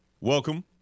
Welcome